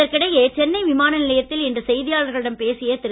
இதற்கிடையே சென்னை விமான நிலையத்தில் இன்று செய்தியாளர்களிடம் பேசிய திரு